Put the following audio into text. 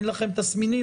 אין לכם תסמינים,